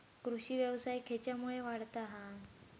कृषीव्यवसाय खेच्यामुळे वाढता हा?